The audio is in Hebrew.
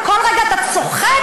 וכל רגע אתה צוחק,